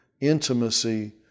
intimacy